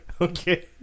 okay